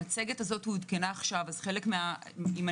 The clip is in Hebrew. המצגת עודכנה עכשיו עם חלק מהנתונים